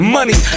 Money